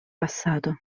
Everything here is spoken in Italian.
passato